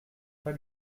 pas